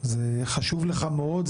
זה חשוב לך מאוד,